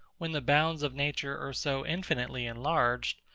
when the bounds of nature are so infinitely enlarged,